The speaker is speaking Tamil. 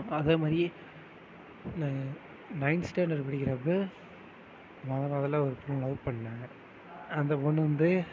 அதே மாதிரி நைன்த் ஸ்டாண்டர்ட் படிக்கிறப்போ மொதல் மொதலில் ஒரு பொண்ணை லவ் பண்ணேன் அந்த பொண்ணு வந்து